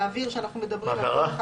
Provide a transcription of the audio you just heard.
להבהיר שאנחנו מדברים על כל אחד